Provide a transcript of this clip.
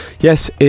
Yes